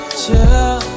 chill